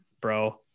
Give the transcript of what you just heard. bro